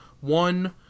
One